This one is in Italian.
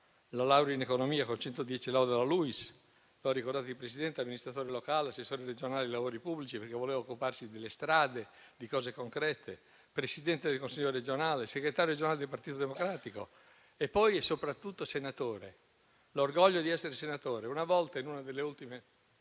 la laurea in economia con 110 e lode alla LUISS. Lo ha ricordato il Presidente: amministratore locale; assessore regionale ai lavori pubblici, perché voleva occuparsi delle strade, di cose concrete; Presidente del Consiglio regionale; segretario regionale del Partito Democratico; e poi, e soprattutto, senatore, l'orgoglio di essere senatore. Una volta, in una delle ultime